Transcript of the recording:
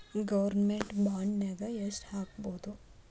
Government ಬಾಂಡ್ನಾಗ್ ಯೆಷ್ಟ್ ಹಾಕ್ಬೊದು?